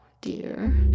dear